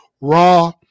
raw